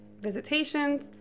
visitations